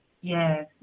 Yes